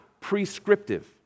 prescriptive